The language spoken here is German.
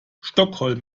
stockholm